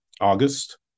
August